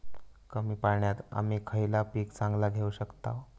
कमी पाण्यात आम्ही खयला पीक चांगला घेव शकताव?